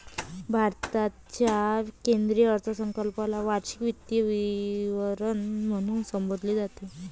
भारताच्या केंद्रीय अर्थसंकल्पाला वार्षिक वित्तीय विवरण म्हणून संबोधले जाते